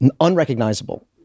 unrecognizable